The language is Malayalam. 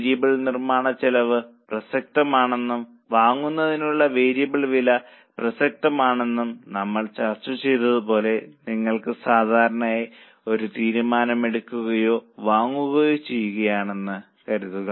വേരിയബിൾ നിർമ്മാണച്ചെലവ് പ്രസക്തമാണെന്നും വാങ്ങുന്നതിനുള്ള വേരിയബിൾ വില പ്രസക്തമാണെന്നും നമ്മൾ ചർച്ച ചെയ്തതുപോലെ നിങ്ങൾ സാധാരണയായി ഒരു തീരുമാനം എടുക്കുകയോ വാങ്ങുകയോ ചെയ്യുകയാണെന്ന് കരുതുക